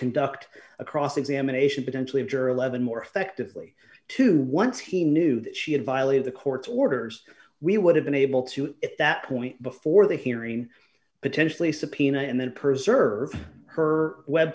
conduct a cross examination potentially of jury levon more effectively to once he knew that she had violated the court's orders we would have been able to at that point before the hearing potentially subpoena and then preserve her web